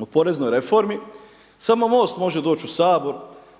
o poreznoj reformi, samo MOST može doći u Sabor